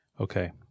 Okay